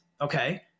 Okay